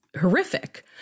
horrific